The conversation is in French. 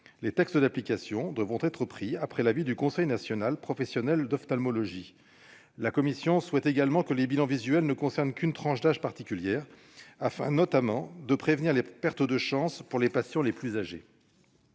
Les textes d'application devront être pris après l'avis du Conseil national professionnel d'ophtalmologie. La commission exige également que les bilans visuels ne concernent qu'une tranche d'âge particulière, afin notamment de « prévenir les pertes de chance pour les patients les plus âgés